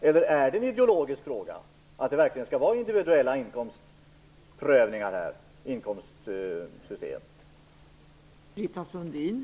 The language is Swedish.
Eller är det en ideologisk fråga att det verkligen skall vara ett system med individuell inkomstprövning?